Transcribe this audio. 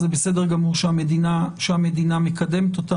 זה בסדר גמור שהמדינה מקדמת אותה.